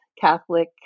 Catholic